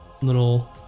little